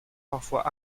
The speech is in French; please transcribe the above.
parfois